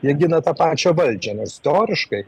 jie gina tą pačią valdžią nors storiškai